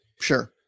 Sure